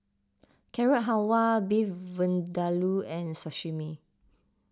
Carrot Halwa Beef Vindaloo and Sashimi